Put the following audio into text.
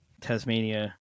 Tasmania